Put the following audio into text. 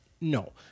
No